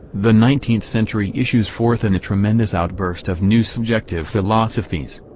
the nineteenth century issues forth in a tremendous outburst of new subjective philosophies.